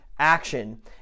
action